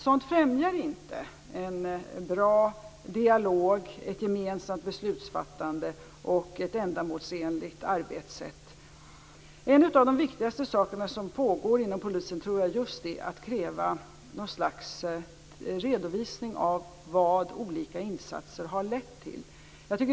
Sådant främjar inte en bra dialog, ett gemensamt beslutsfattande och ett ändamålsenligt arbetssätt. En av de viktigaste sakerna som pågår inom Polisen är att man kräver något slags redovisning av vad de olika insatserna har lett till.